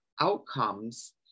outcomes